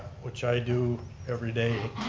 which i do every day,